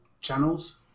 channels